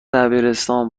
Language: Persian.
دبیرستان